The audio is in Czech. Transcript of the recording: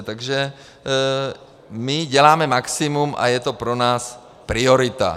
Takže my děláme maximum a je to pro nás priorita.